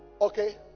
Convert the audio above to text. okay